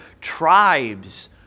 tribes